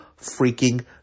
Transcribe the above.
freaking